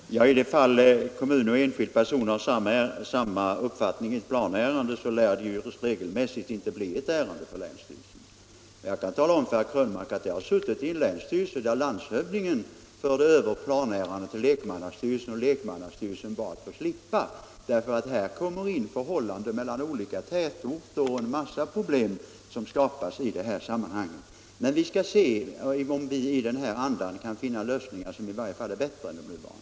Herr talman! I det fall då en kommun och en enskild person har samma uppfattning i ett planärende lär det regelmässigt inte bli något ärende för länsstyrelsen. Jag kan tala om för herr Krönmark att jag har suttit i en länsstyrelse där landshövdingen förde över ett planärende till lekmannastyrelsen men där lekmannastyrelsen bad att få slippa behandla det. Här kan det komma in förhållanden mellan olika tätorter, och en mängd problem kan skapas i det här sammanhanget. Men vi skall väl undersöka, om vi i den här andan kan finna lösningar som i varje fall är bättre än de nuvarande.